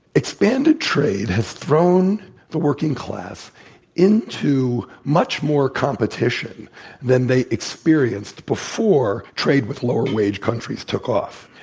expanded trade has thrown the working class into much more competition than they experienced before trade with lower wage countries took off.